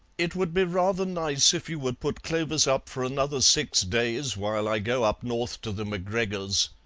it would be rather nice if you would put clovis up for another six days while i go up north to the macgregors',